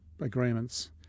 agreements